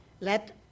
Let